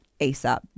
asap